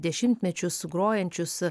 dešimtmečius grojančius